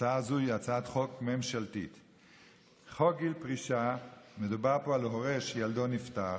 הצעת חוק גיל פרישה לגבי הורה שילדו נפטר.